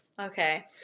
okay